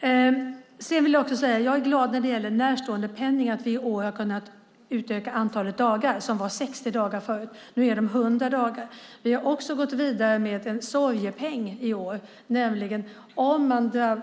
När det gäller närståendepenning är jag glad att vi i år har kunnat utöka antalet dagar. De var 60 dagar tidigare. Nu är de 100 dagar. Vi har också gått vidare med en sorgepenning i år. Om